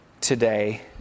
today